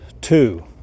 two